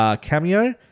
cameo